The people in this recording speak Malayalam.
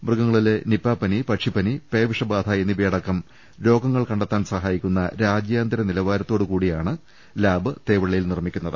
മൃഗങ്ങളിലെ നിപ പനി പക്ഷിപ്പനി പേവിഷ ബാധ എന്നിവയടക്കം രോഗങ്ങൾ കണ്ടെത്താൻ സാധിക്കുന്ന രാജ്യാന്തര നിലവാരത്തോടുകൂടിയ ലാബാണ് തേവള്ളിയിൽ നിർമ്മിക്കുന്നത്